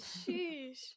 Sheesh